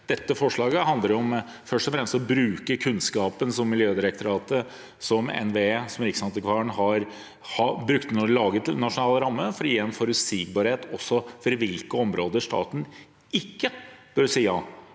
Dette forslaget handler først og fremst om å bruke kunnskapen som Miljødirektoratet, NVE og Riksantikvaren har brukt da de lagde nasjonal ramme, for å gi en forutsigbarhet også for hvilke områder staten ikke bør si ja